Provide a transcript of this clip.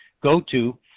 go-to